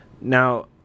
Now